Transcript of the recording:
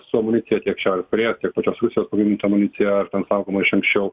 su amunicija tiek šiaurės korėjos tiek pačios rusijos pagaminta amunicija ar ten saugoma iš anksčiau